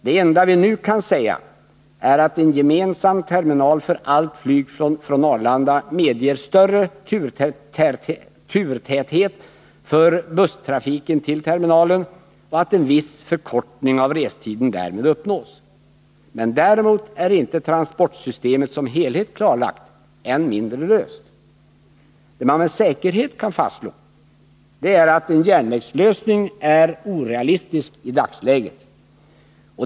Det enda vi nu kan säga är att en gemensam terminal för allt flyg från Arlanda medger större turtäthet för busstrafiken till terminalen och att en viss förkortning av restiden därmed uppnås. Däremot är inte frågan om transportsystemet som helhet klarlagd, än mindre löst. Det man med säkerhet kan fastslå är att en järnvägslösning är orealistisk i dagsläget.